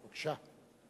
בבקשה.